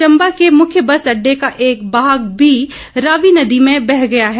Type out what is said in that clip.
चंबा के मुख्य बस अड्डे का एक भाग रावी नदी में बह गया है